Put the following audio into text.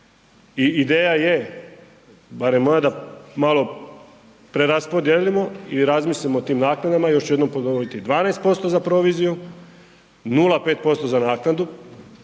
i ideja je barem moja da malo preraspodijelimo i razmislimo o tim naknadama, još ću jednom ponoviti 12% za proviziju, 0,5% za naknadu,